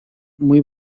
muy